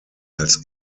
als